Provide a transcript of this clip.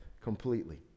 completely